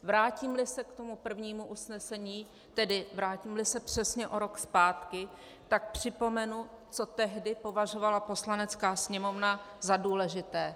Vrátímli se k prvnímu usnesení, tedy vrátímli se přesně o rok zpátky, tak připomenu, co tehdy považovala Poslanecká sněmovna za důležité.